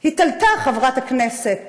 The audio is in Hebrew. התעלתה חברת הכנסת